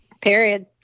Period